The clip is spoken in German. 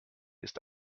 ist